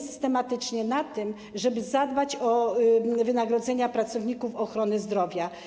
Systematycznie pracujemy nad tym, żeby zadbać o wynagrodzenia pracowników ochrony zdrowia.